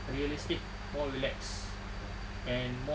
realistic more relax and more